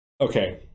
okay